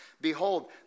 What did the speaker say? Behold